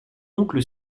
oncle